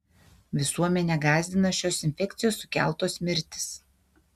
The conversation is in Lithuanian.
visuomenę gąsdina šios infekcijos sukeltos mirtys